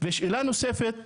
ושאלה נוספת גם,